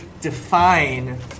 define